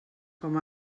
com